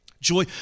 joy